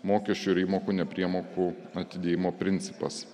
mokesčių ir įmokų nepriemokų atidėjimo principas